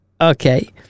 Okay